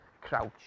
Crouch